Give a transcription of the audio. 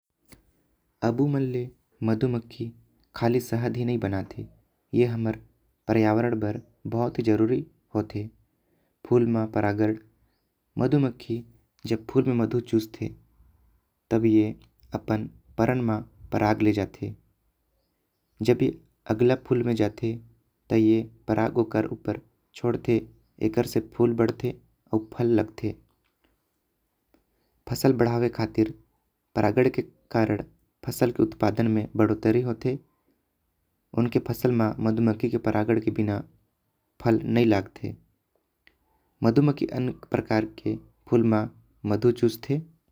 अबू मन ले मधु मखी खाली शहद ही नहीं बनाते। ए हमर पर्यावरण बर बहुत ही जरूरी होते। फूल म परागण मधुमक्खी जब फूल म मधु चूसते। तब ए अपन परण म पराग ले जाते जब ए अगला फूल म जाते। त ए पराग ओकर ऊपर छोड़ते एकर से फूल बढ़ते आऊ। फल लगते फसल बढ़ावे खातिर फसल के उत्पादन में बढ़ोतरी होते। उनके फसल में मधुमक्खी के परागण के बिना फल नई लगते। मधुमक्खी उनके प्रकार के फूल म मधु चूसते।